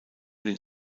den